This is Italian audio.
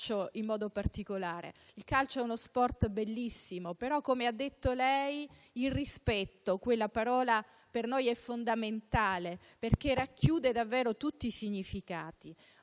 Il calcio è uno sport bellissimo, ma - come ha detto lei - la parola rispetto per noi è fondamentale, perché racchiude davvero tutti i significati.